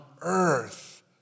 earth